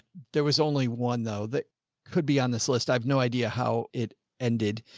there was only one though that could be on this list. i've no idea how it ended.